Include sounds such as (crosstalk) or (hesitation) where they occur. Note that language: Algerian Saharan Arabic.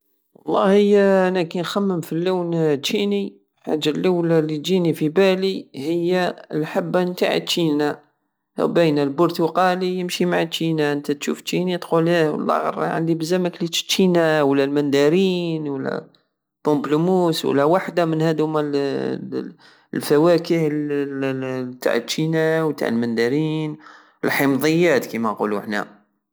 والله انا كي نخمم في اللون التشيني الحاجة اللولى الي تجيني في بالي هي الحبة نتع التشينة ياو باينة البرتقالي يمشي مع التشيني نتا تشوف التشيني تقول ايه عندي بزاف مكليتش التشينة ولا المندارين ولابومبلوموس من هدوما الفواكه (hesitation) ال ال- تع التشينة وتع المندرين الحمضيات كيما نقولو حنا